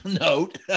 note